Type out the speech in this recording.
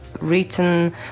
written